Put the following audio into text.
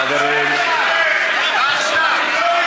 חברים, מה עכשיו?